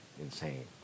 insane